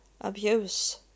abuse